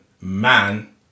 man